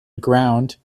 ground